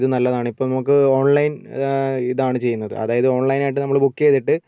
ഇത് നല്ലതാണ് ഇപ്പോൾ നമുക്ക് ഓൺലൈൻ ഇതാണ് ചെയ്യുന്നത് അതായത് ഓൺലൈൻ ആയിട്ട് നമ്മൾ ബുക്ക് ചെയ്തിട്ട്